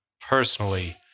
personally